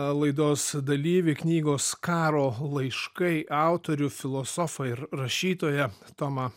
laidos dalyvį knygos karo laiškai autorių filosofą ir rašytoją tomą